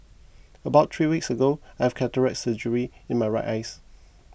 about three weeks ago I've cataract surgery in my right eyes